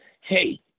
hey